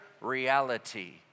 reality